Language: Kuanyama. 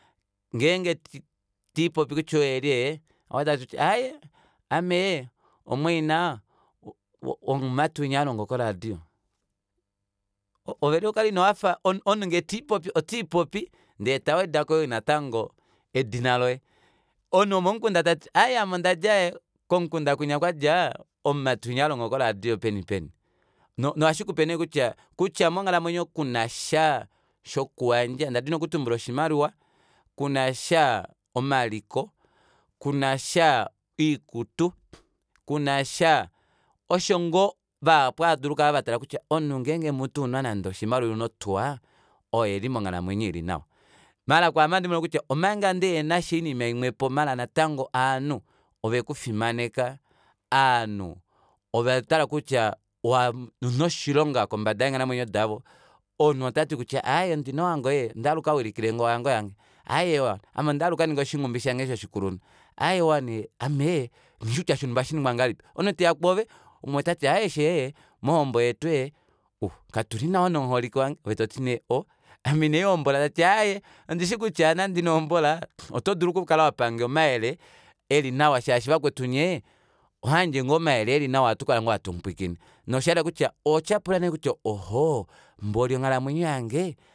Ngeenge tiipopi kutya oye lyelye otati kutya aaye ame omumwaina womumati winya halongo koradio oovene ukale inohafa omunhu ngee tiipopi otiipopi ndee tawedako yoo natango edina loye omunhu womomukunda tati aaye ame ondadja komukunda kwinya kwadja omumati winya halongo koradio penipeni nohashikupe neekutya kutya monghalamwenyo kunasha shokuyandja ndadiniokutumbula kutya oshimaliwa kunasha omaliko kunasha iikutu kunasha osho ngoo vahapu haadulu okukala vatala kutya omunhu ngeenge mutu ouna nande oshimaliwa ile otuwa oye eli monghalamwenyo ili nawa maala kwaame ohandimono kutya omanga ndihenasha oinima imwepo maala natango ovanhu ovekufimaneka ovanhu ovatala kutya ouna oshilonga kombada yeenghalamwenyo davo omunhu otati kutya aaye ondina ohango ondahala ukawilikilenge ohango yange aaye ame ondahala ukaninge oshinghumbi shange shoshikulunhu aaye wani amee nghishi kutya shonumba ohashiningwa ngahelipi omunhu teya kwoove umwe otati aaye fyee mohombo yetu katuli nawa nomoholike wange ove toti nee ame inandihombola ondishi kutya nande inohombola oto dulu okukala wapange omayele elinawa shaashi vakwetu nyee ohamuyandje ngoo omayele elinawa ohatu kala ngoo hatu mupwiikine noshayela nee kutya ohotyapula nee kutya oho mboli onghalamwenyo yange